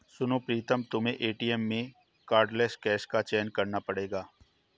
सुनो प्रीतम तुम्हें एटीएम में कार्डलेस कैश का चयन करना पड़ेगा